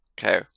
Okay